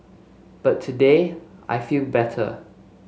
but today I feel better